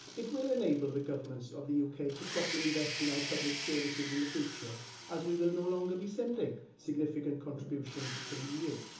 it will enable the governments of the uk to properly invest in our public services in the future as we will no longer be sending significant contributions to the eu.